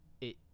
it-